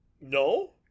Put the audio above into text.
No